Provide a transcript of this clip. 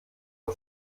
auf